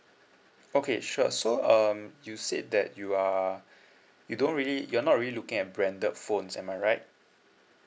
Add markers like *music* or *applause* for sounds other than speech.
okay sure so um you said that you are *breath* you don't really you are not really looking at branded phones am I right